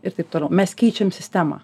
ir taip toliau mes keičiam sistemą